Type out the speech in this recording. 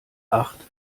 acht